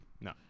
No